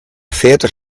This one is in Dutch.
veertig